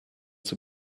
zur